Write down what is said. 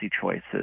choices